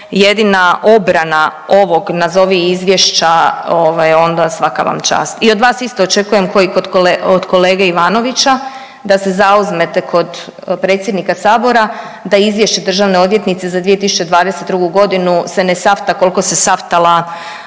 jedina obrana ovog nazovi izvješća ovaj onda svaka vam čast i od vas isto očekujem ko i od kolege Ivanovića da se zauzmete kod predsjednika sabora da izvješće državne odvjetnice za 2022.g. se ne safta koliko se saftala